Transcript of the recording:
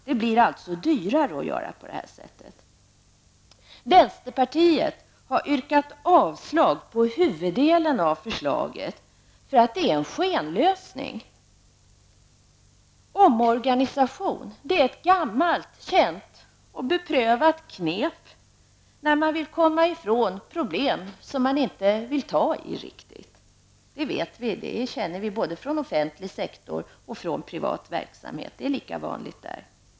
Det blir alltså dyrare att göra på det här sättet. Vänsterpartiet har yrkat avslag på huvudelen av detta förslag, eftersom det innebär en skenlösning. Omorganisation är ett gammalt, känt och beprövat knep när man vill komma ifrån problem som man inte riktigt vill ta itu med. Det känner vi till både från offentlig sektor och från privat verksamhet, där det är lika vanligt.